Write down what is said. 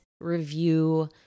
review